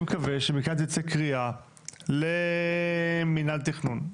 אני מקווה שתצא מכאן קריאה למינהל התכנון,